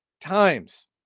Times